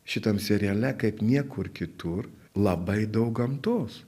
šitam seriale kaip niekur kitur labai daug gamtos